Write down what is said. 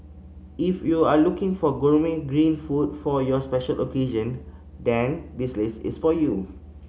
if you are looking for gourmet green food for your special occasion then this list is for you